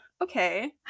okay